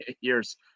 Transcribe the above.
years